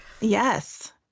Yes